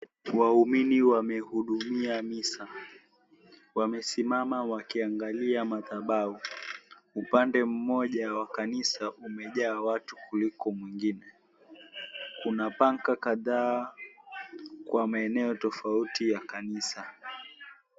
Waumini wamehudumia misa. Wamesimama wakiangalia madhabahu. Upande mmoja wa kanisa umejaa watu wengi kuliko mwengine. Kuna banker kadhaa kwa maeneo tofauti ya kanisa.